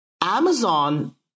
Amazon